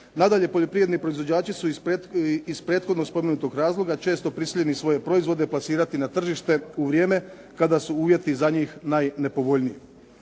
Nadalje, poljoprivredni proizvođači su iz prethodno spomenutog razloga često prisiljeni svoje proizvode plasirati na tržište u vrijeme kada su uvjeti za njih najnepovoljniji.